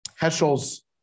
Heschel's